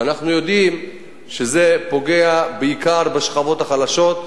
ואנחנו יודעים שזה פוגע בעיקר בשכבות החלשות,